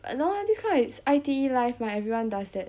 no ah this kind is I_T_E life mah everyone does that